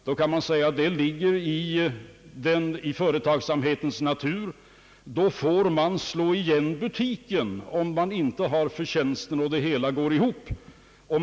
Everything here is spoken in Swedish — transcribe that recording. Då kan man säga: Det ligger i företagsamhetens natur. Man får slå igen butiken om man inte gör sådana förtjänster att det hela går ihop.